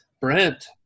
brent